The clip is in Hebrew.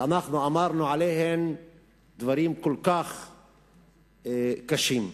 שאמרנו עליהן דברים כל כך קשים.